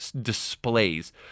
displays